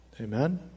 Amen